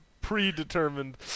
predetermined